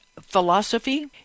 philosophy